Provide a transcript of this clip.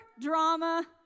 Drama